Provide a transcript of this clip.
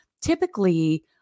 typically